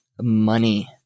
money